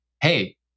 Hey